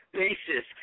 basis